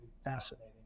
fascinating